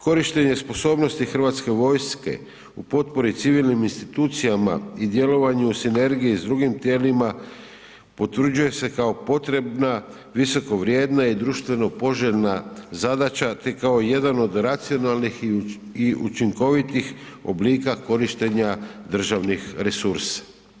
Korištenje sposobnosti hrvatske vojske u potpori civilnim institucijama i djelovanju sinergije s drugim tijelima potvrđuje se kao potrebna visokovrijedna i društveno poželjna zadaća te kao jedan od racionalnih i učinkovitih oblika korištenja državnih resursa.